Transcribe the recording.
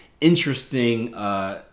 interesting